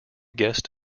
guest